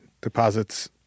deposits